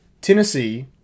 Tennessee